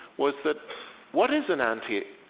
was that what is an ante?